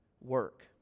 work